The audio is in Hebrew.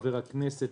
חבר הכנסת,